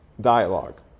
dialogue